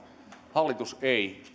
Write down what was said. hallitus ei